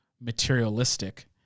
materialistic